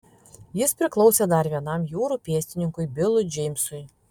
jis priklausė dar vienam jūrų pėstininkui bilui džeimsui